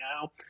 now